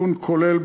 התיקון כולל,